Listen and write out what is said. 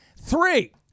three